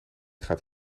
gaat